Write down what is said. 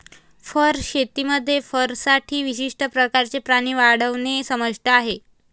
fur शेतीमध्ये फरसाठी विशिष्ट प्रकारचे प्राणी वाढवणे समाविष्ट आहे